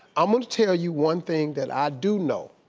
i'm going to tell you one thing that i do know,